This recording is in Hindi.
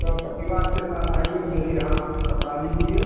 सब परिवार के साथ आइए मेरे यहाँ कपड़ा लीजिए